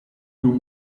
non